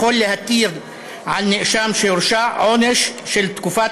יכול להטיל על נאשם שהורשע עונש של תקופת